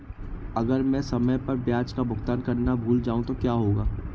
अगर मैं समय पर ब्याज का भुगतान करना भूल जाऊं तो क्या होगा?